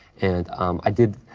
and i did,